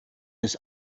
des